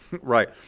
Right